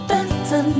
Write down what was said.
Better